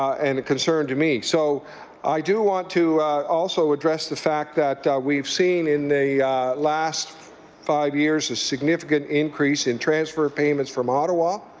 and a concern to me. so i do want to also address the fact that we've seen in the last five years a significant increase in transfer of payments from ottawa.